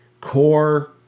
core